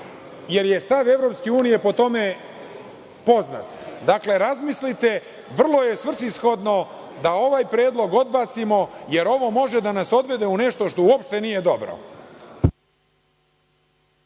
jer je stav EU po tome poznat. Razmislite. Vrlo je svrsishodno da ovaj predlog odbacimo jer on može da nas odvede u nešto što uopšte nije dobro.